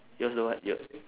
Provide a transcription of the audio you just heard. yours don't what you~